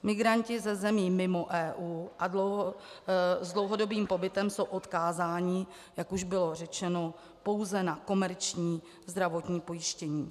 Migranti ze zemí mimo EU s dlouhodobým pobytem jsou odkázáni, jak už bylo řečeno, pouze na komerční zdravotní pojištění.